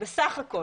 בסה"כ,